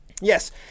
yes